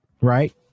right